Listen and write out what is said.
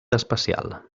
especial